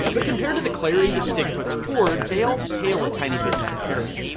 but compared to the clarity that sig puts forward, they all pale a tiny bit in comparison.